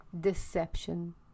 Deception